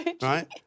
Right